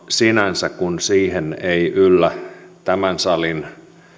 sinänsä ei yllä tämän salin